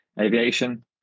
Aviation